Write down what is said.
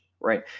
right